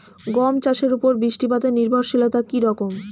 গম চাষের উপর বৃষ্টিপাতে নির্ভরশীলতা কী রকম?